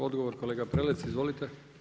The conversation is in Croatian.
Odgovor kolega Prelec izvolite.